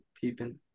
peeping